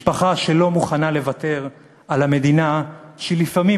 משפחה שלא מוכנה לוותר על המדינה שלפעמים,